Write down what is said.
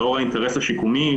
לאור האינטרס השיקומי,